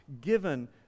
given